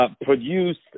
produced